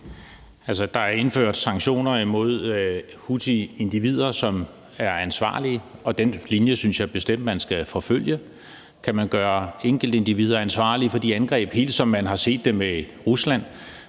Der er indført sanktioner imod individuelle houthier, som er ansvarlige, og den linje synes jeg bestemt man skal forfølge, hvor man gør enkeltindivider ansvarlige for de angreb, lige som man har set det med Rusland,